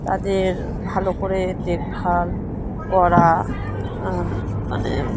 তাদের ভালো করে দেখভাল করা মানে